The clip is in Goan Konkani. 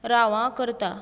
राव हां करता